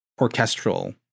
orchestral